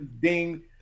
ding